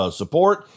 support